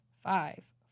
five